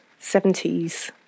70s